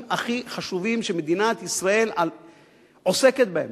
הכי חשובים שמדינת ישראל עוסקת בהם.